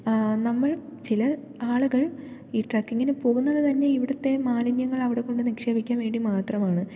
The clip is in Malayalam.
നമ്മൾ ചില ആളുകൾ ഈ ട്രക്കിങ്ങിനു പോകുന്നതുതന്നെ ഇവിടുത്തെ മാലിന്യങ്ങളവിടെ കൊണ്ട് നിക്ഷേപിക്കാൻ വേണ്ടി മാത്രമാണ്